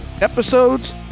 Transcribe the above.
episodes